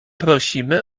prosimy